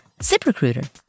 ZipRecruiter